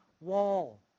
wall